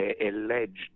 alleged